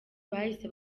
bahise